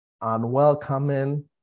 unwelcoming